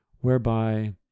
whereby